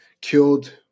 Killed